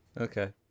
okay